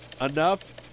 enough